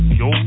yo